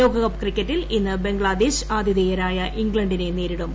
ലോകകപ്പ് ക്രിക്കറ്റിൽ ഇന്ന് ബംഗ്ലാദേശ് ആതിഥേയരായ ഇംഗ്ലണ്ടിനെ നേരിടും